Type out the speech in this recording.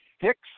Hicks